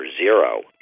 zero